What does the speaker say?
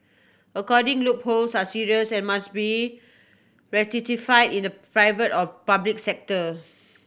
accounting loopholes are serious and must be rectify in the private or public sector